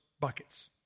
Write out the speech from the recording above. buckets